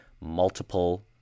multiple